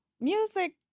music